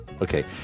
Okay